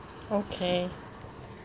okay